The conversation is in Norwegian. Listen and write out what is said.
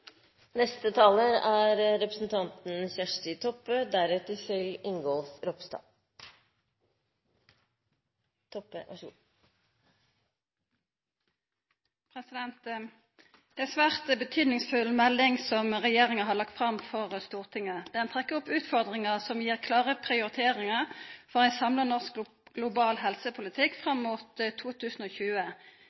Det er ei svært viktig melding som regjeringa har lagt fram for Stortinget. Ho trekkjer opp utfordringar som gir klare prioriteringar for ein samla norsk global helsepolitikk fram mot 2020.